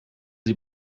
sie